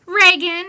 reagan